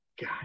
god